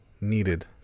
needed